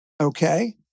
okay